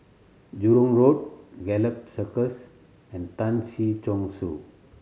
Jurong Road Gallop Circus and Tan Si Chong Su